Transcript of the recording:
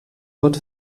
wird